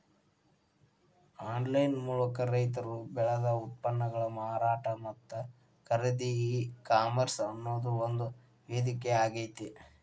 online ಮೂಲಕ ರೈತರು ಬೆಳದ ಉತ್ಪನ್ನಗಳ ಮಾರಾಟ ಮತ್ತ ಖರೇದಿಗೆ ಈ ಕಾಮರ್ಸ್ ಅನ್ನೋದು ಒಂದು ವೇದಿಕೆಯಾಗೇತಿ